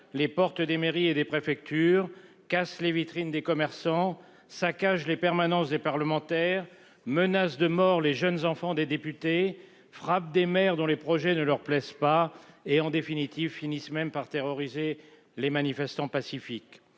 les portes des mairies et les préfectures cassent les vitrines des commerçants saccagent les permanences des parlementaires, menace de mort, les jeunes enfants des députés frappe des mères dont les projets ne leur plaisent pas et en définitive finissent même par terroriser les manifestants pacifiques